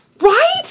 Right